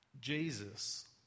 Jesus